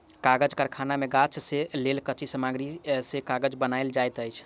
कागज़ कारखाना मे गाछ से लेल कच्ची सामग्री से कागज़ बनायल जाइत अछि